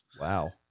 Wow